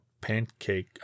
pancake